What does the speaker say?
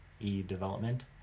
e-development